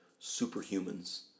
superhumans